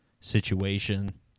situation